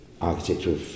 architectural